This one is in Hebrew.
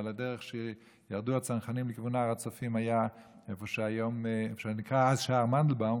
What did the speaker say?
אבל הדרך שירדו הצנחנים לכיוון הר הצופים נקראה אז שער מנדלבאום